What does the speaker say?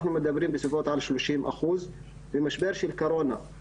אנחנו מדברים בסביבות שלושים אחוז במשבר של קורונה,